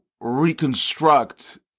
reconstruct